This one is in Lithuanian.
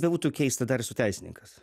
bebūtų keista dar esu teisininkas